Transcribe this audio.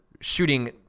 shooting